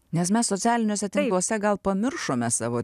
nes mes socialiniuose tinkluose gal pamiršome savo